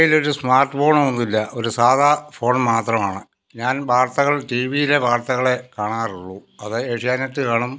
എൻ്റെ കൈയിൽ ഒരു സ്മാർട്ട് ഫോണൊന്നുമില്ല ഒരു സാധാ ഫോൺ മാത്രമാണ് ഞാൻ വാർത്തകൾ ടിവിയിലെ വാർത്തകളെ കാണാറുള്ളു അത് ഏഷ്യാനെറ്റ് കാണും